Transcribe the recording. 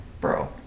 Bro